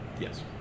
Yes